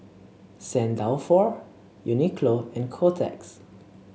St Dalfour Uniqlo and Kotex